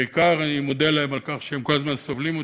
שבעיקר אני מודה להם על כך שהם כל הזמן סובלים אותי,